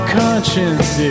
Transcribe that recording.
conscience